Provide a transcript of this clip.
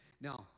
Now